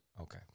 Okay